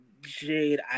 Jade